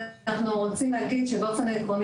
אנחנו רוצים להגיד שבאופן עקרוני,